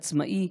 עצמאי,